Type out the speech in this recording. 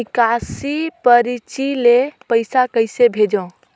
निकासी परची ले पईसा कइसे भेजों?